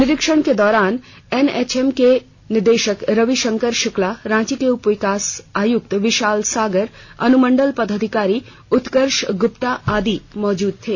निरिक्षण के दौरान एनएचएम के निदेशक रविशंकर शुक्ला रांची के उप विकास आयक्त विशाल सागर अनुमंडल पदाधिकारी उत्कर्ष ग्रप्ता आदि मौजूद थे